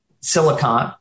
silicon